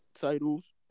titles